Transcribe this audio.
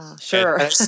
Sure